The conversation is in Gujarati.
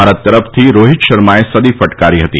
ભારત તરફથી રોહિત શર્માએ સદી ફટકારી હતી